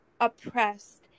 oppressed